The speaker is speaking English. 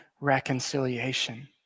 reconciliation